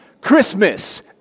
Christmas